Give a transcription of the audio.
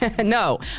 No